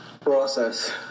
Process